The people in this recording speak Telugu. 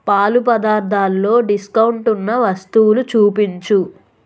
పాలు పదార్ధాల్లో డిస్కౌంట్ ఉన్న వస్తువులు చూపించు